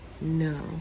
No